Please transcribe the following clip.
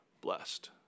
blessed